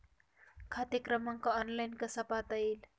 खाते क्रमांक ऑनलाइन कसा पाहता येईल?